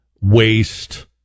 waste